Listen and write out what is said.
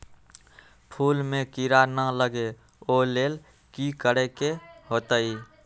फूल में किरा ना लगे ओ लेल कि करे के होतई?